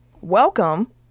welcome